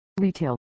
retail